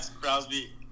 Crosby